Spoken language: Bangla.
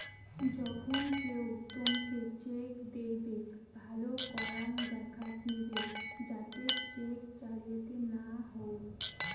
যখন কেও তোমকে চেক দিইবে, ভালো করাং দেখাত নিবে যাতে চেক জালিয়াতি না হউ